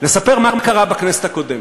לספר מה קרה בכנסת הקודמת.